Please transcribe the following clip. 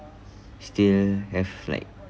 still have like